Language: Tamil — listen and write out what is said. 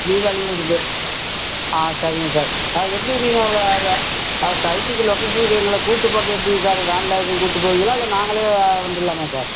ரீவால்யூவும் இருக்குது ஆ சரிங்க சார் அது எப்படி நீங்கள் வ சைட்டுக்கு லொக்கேஷனுக்கு எங்களை கூப்பிட்டு போவது எப்படி சார் வேனில் எதுவும் கூப்பிட்டு போவிங்களா இல்லை நாங்களே வந்துடலாமா சார்